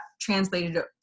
translated